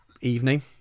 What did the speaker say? evening